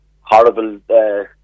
horrible